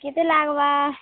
କେତେ ଲାଗ୍ବା